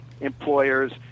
employers